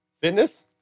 Fitness